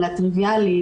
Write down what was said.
לטריביאלי,